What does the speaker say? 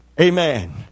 Amen